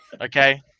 Okay